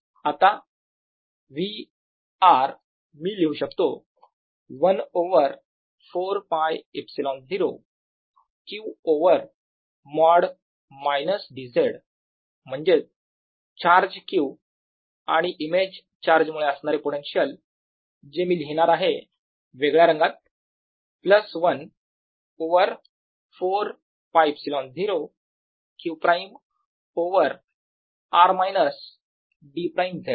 आता V मी लिहू शकतो 1 ओव्हर 4 π ε0 q ओव्हर मॉड मायनस d z वर म्हणजेच चार्ज q आणि इमेज चार्ज मुळे असणारे पोटेन्शियल जे मी लिहणार आहे वेगळ्या रंगात 1 over 4 π ε0 q′ over r minus d′ Z